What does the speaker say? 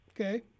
Okay